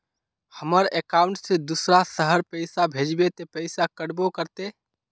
हमर अकाउंट से दूसरा शहर पैसा भेजबे ते पैसा कटबो करते?